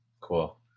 Cool